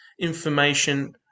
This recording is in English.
information